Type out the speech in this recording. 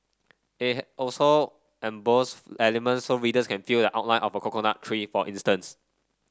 it also embossed elements so readers can feel the outline of a coconut tree for instance